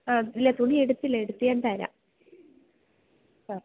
ആ ഇല്ല തുണി എടുത്തില്ല എടുത്ത് ഞാൻ തരാം ആ